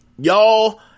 y'all